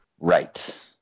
Right